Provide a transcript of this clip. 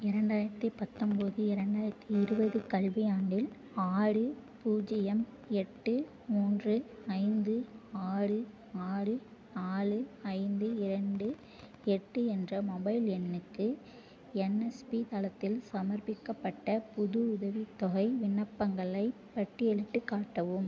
இரண்டாயிரத்தி பத்தொம்போது இரண்டாயிரத்தி இருபது கல்வியாண்டில் ஆறு பூஜ்ஜியம் எட்டு மூன்று ஐந்து ஆறு ஆறு நாலு ஐந்து இரண்டு எட்டு என்ற மொபைல் எண்ணுக்கு என்எஸ்பி தளத்தில் சமர்ப்பிக்கப்பட்ட புது உதவித்தொகை விண்ணப்பங்களைப் பட்டியலிட்டுக் காட்டவும்